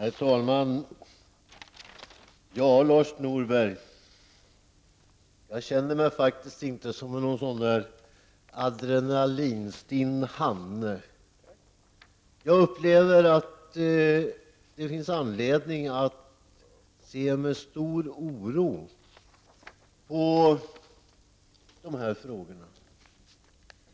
Herr talman! Ja, Lars Norberg, jag känner mig faktiskt inte som någon sådan där ''adrenalinstinn hanne''. Jag upplever att det finns anledning att se med stor oro på de här frågorna.